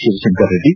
Shivashankar Reddy